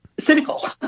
cynical